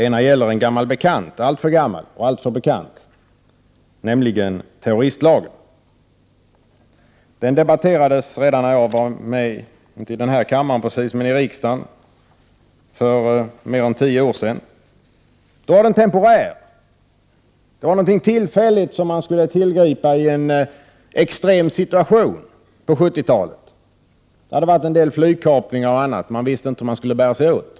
En gäller en gammal bekant — alltför gammal och alltför bekant — nämligen terroristlagen. Den debatterades redan när jag var med i riksdagen för mer än tio år sedan. Då var lagen temporär, den var någonting tillfälligt som man skulle tillgripa i en extrem situation på 70-talet. Det hade varit en del flygkapningar och annat, och man visste inte hur man skulle bära sig åt.